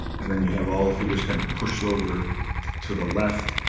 and then you have all the fingers kind of pushed over to the left.